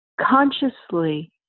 consciously